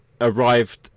arrived